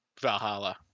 Valhalla